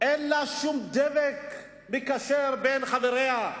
אין שום דבק מקשר בין חבריה.